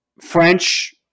French